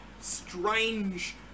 strange